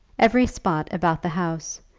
every spot about the house,